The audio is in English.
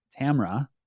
Tamra